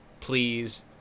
Please